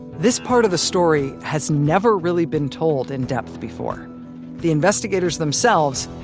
this part of the story has never really been told in-depth before the investigators themselves.